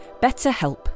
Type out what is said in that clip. BetterHelp